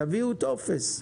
יביאו טופס.